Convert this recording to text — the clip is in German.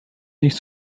nicht